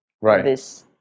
Right